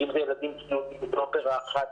כי אם אלו ילדים --- זה אופרה אחת,